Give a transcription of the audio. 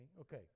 Okay